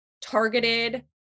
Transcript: targeted